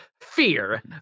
fear